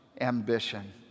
ambition